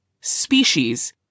species